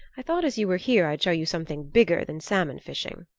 i thought as you were here i'd show you something bigger than salmon-fishing.